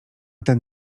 ten